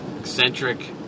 eccentric